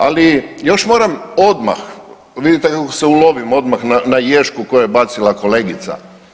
Ali još moram odmah, vidite kako se ulovim odmah na ješku koju je bacila kolegica.